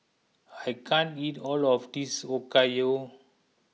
I can't eat all of this Okayu